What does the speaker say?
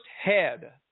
head